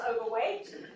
overweight